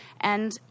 And-